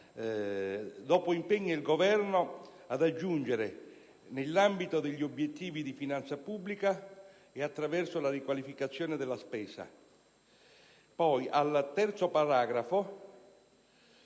«impegna il Governo» aggiungere le altre «nell'ambito degli obiettivi di finanza pubblica e attraverso la riqualificazione della spesa». Al terzo paragrafo